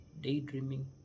daydreaming